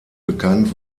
bekannt